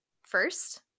First